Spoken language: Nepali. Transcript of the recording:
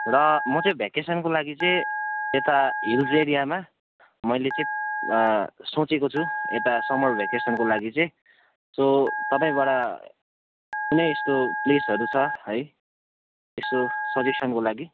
र म चाहिँ भेकेसनको लागि चाहिँ यता हिल्स एरियामा मैले चाहिँ सोचेको छु यता समर भेकेसनको लागि चाहिँ सो तपाईँबाट कुनै यस्तो प्लेसहरू छ है यसो सजेसनको लागि